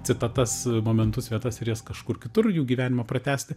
citatas momentus vietas ir jas kažkur kitur jų gyvenimą pratęsti